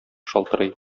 шалтырый